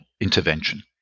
intervention